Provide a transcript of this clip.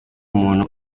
umuntu